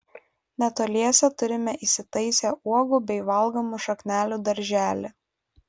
netoliese turime įsitaisę uogų bei valgomų šaknelių darželį